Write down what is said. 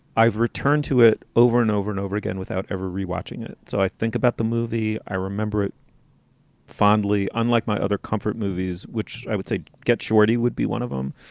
i've returned to it over and over and over again without ever re watching it. so i think about the movie. i remember it fondly. unlike my other comfort movies, which i would say get shorty would be one of them.